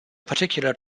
particularly